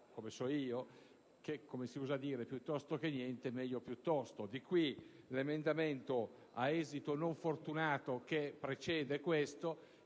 come so io, che, come si usa dire, «piuttosto che niente meglio piuttosto». Di qui l'emendamento a esito non fortunato che precede questo,